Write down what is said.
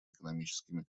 экономическими